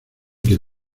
quien